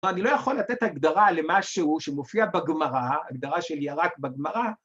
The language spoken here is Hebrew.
‫אבל אני לא יכול לתת הגדרה ‫למשהו שמופיע בגמרא, ‫הגדרה של ירק בגמרא.